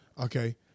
Okay